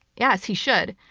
yes he should.